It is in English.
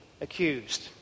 accused